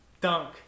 Dunk